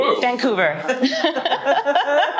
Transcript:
Vancouver